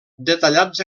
detallats